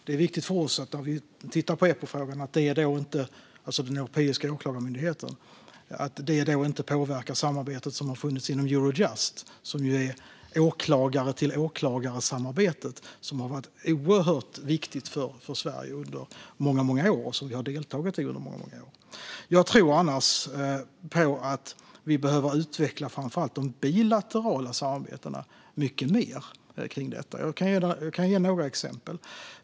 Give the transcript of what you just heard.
Det är viktigt att Eppo, den europeiska åklagarmyndigheten, inte påverkar det samarbete som har funnits inom Eurojust, som ju är åklagare till det åklagarsamarbete som har varit oerhört viktigt för Sverige under de många år som vi har deltagit i det. Jag tror annars att vi behöver utveckla framför allt de bilaterala samarbetena mycket mer. Jag kan ge några exempel.